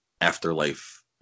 afterlife